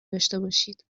داشتهباشید